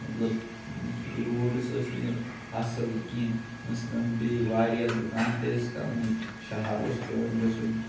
مطلب یُس روڑٕس ٲسۍ نہٕ اَصٕل کینٛہہ مثلن بیٚیہِ واریاہ دُکان تہِ ٲسۍ کَمٕے شَہر اوس پٮ۪وَان گژھُن